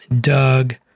Doug